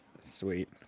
Sweet